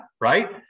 right